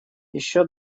ещё